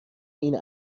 این